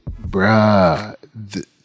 bruh